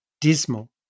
dismal